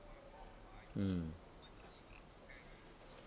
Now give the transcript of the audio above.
mm